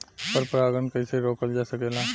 पर परागन कइसे रोकल जा सकेला?